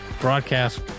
broadcast